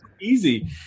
Easy